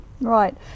Right